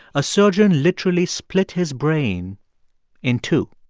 a surgeon literally split his brain in two